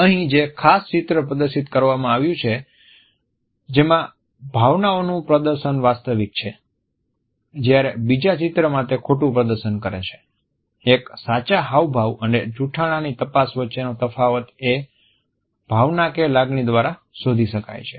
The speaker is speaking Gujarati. અહીં જે ખાસ ચિત્ર પ્રદર્શિત કરવામાં આવ્યું છે જેમાં ભાવનાઓનું પ્રદર્શન વાસ્તવિક છે જ્યારે બીજા ચિત્રમાં તે ખોટું પ્રદર્શન કરે છે એક સાચા હાવભાવ અને જૂઠાણાની તપાસ વચ્ચેનો તફાવત એ ભાવના કે લાગણી દ્વારા શોધી શકાય છે